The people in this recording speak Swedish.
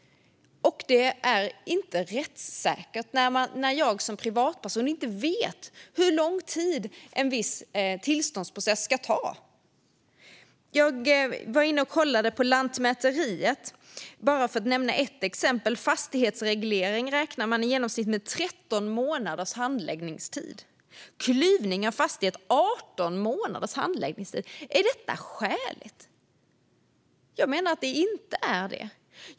Det är inte rättssäkert när jag som privatperson inte vet hur lång tid en viss tillståndsprocess ska ta. Jag var inne och kollade på Lantmäteriet, för att bara nämna ett exempel. För fastighetsreglering räknar man med i genomsnitt 13 månaders handläggningstid. För klyvning av fastighet är handläggningstiden 18 månader. Är detta skäligt? Jag menar att det inte är det.